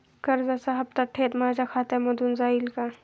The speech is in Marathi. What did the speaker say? कर्जाचा हप्ता थेट माझ्या खात्यामधून जाईल का?